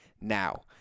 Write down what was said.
now